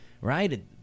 right